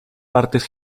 partes